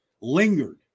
lingered